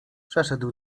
przeszedł